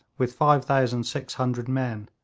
with five thousand six hundred men.